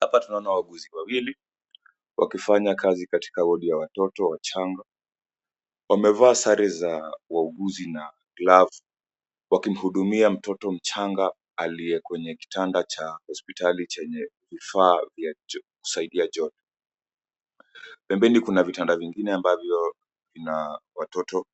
Hapa tunaona wauguzi wawili wakifanya kazi katika wodi ya watoto wachanga. Wamevaa sare za wauguzi na glavu wakimhudumia mtoto mchanga aliye kwenye kitanda cha hospitali chenye vifaa vya kusaidia joto. Pembeni kuna vitanda vingine ambavyo vina watoto